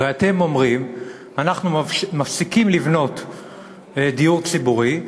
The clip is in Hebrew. הרי אתם אומרים: אנחנו מפסיקים לבנות דיור ציבורי,